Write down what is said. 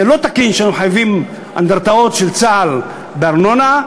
לא תקין שאנחנו מחייבים אנדרטאות של צה"ל בארנונה,